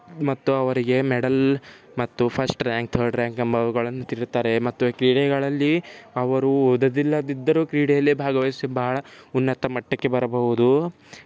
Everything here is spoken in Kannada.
ಮತ್ತು ಅವರಿಗೆ ಮೆಡಲ್ ಮತ್ತು ಫಸ್ಟ್ ರಾಂಕ್ ತರ್ಡ್ ರಾಂಕ್ ಎಂಬ ಅವುಗಳನ್ನು ನೀಡುತ್ತಾರೆ ಮತ್ತು ಕ್ರೀಡೆಗಳಲ್ಲಿ ಅವರು ಓದದಿಲ್ಲದಿದ್ದರೂ ಕ್ರೀಡೆಯಲ್ಲಿ ಭಾಗವಹಿಸಿ ಬಹಳ ಉನ್ನತ ಮಟ್ಟಕ್ಕೆ ಬರಬಹುದು